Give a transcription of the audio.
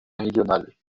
méridionale